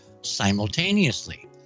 simultaneously